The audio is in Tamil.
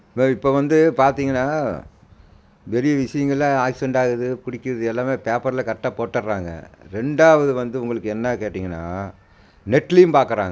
தோ இப்போ வந்து பார்த்தீங்கன்னா பெரிய விஷயங்களை ஆக்சிரென்ட் ஆகுது குடிக்கன் றது எல்லாமே பேப்பரில் கரெக்டாக போட்டுர்றாங்க ரெண்டாவது வந்து உங்களுக்கு என்ன கேட்டீங்கன்னா நெட்லேயும் பார்க்கறாங்க